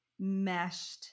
meshed